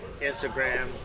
Instagram